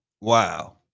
Wow